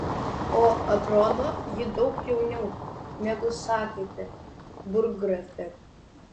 o atrodo ji daug jauniau negu sakėte burggrafe